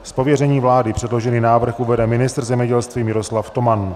Z pověření vlády předložený návrh uvede ministr zemědělství Miroslav Toman.